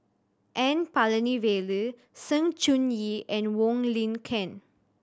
N Palanivelu Sng Choon Yee and Wong Lin Ken